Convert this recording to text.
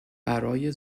برای